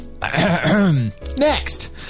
next